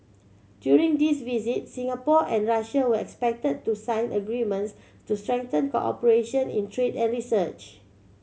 during this visit Singapore and Russia were expected to sign agreements to strengthen cooperation in trade and research